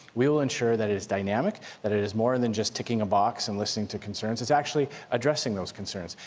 we will ensure that it's dynamic, that it is more and than just ticking a box and listening to concerns. it's actually addressing those concerns.